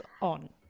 on